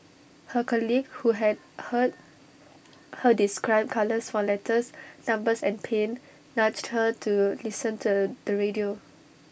her colleague who had heard her describe colours for letters numbers and pain nudged her to listen to the radio